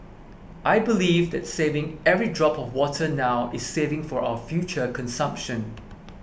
I believe that saving every drop of water now is saving for our future consumption